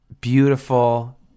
Beautiful